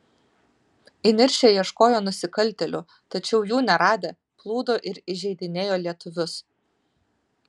įniršę ieškojo nusikaltėlių tačiau jų neradę plūdo ir įžeidinėjo lietuvius